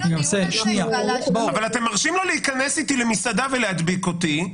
אבל אתם מרשים לו להיכנס איתי למסעדה ולהדביק אותי,